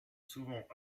souvent